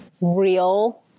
real